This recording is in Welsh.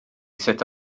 sut